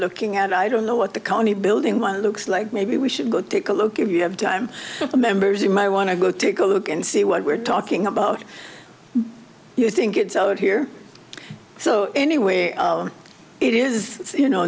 looking at i don't know what the county building one looks like maybe we should go take a look if you have time for members you might want to go take a look and see what we're talking about you think it's out here so anywhere it is you know